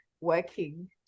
working